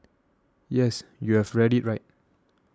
yes you have read it right